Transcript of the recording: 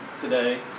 today